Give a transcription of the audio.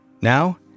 Now